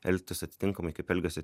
elgtis atitinkamai kaip elgiasi